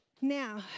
Now